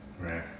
Right